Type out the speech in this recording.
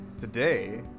Today